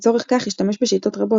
לצורך כך השתמש בשיטות רבות,